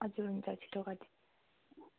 हजुर हुन्छ छिटो गरिदिनु